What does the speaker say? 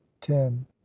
ten